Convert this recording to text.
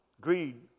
Greed